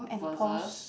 versus